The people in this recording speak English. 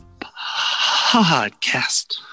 podcast